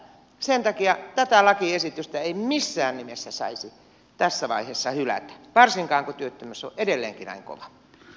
sen takia tätä lakiesitystä ei missään nimessä saisi tässä vaiheessa hylätä varsinkin kun työttömyys on edelleenkin näin kova